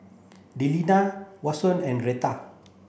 Delinda Vashon and Rheta